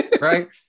Right